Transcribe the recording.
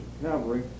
cavalry